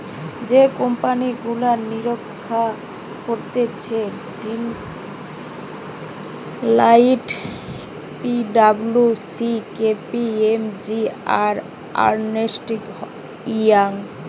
যে কোম্পানি গুলা নিরীক্ষা করতিছে Deloitte, P W C, K P M G, আর আর্নেস্ট ইয়ং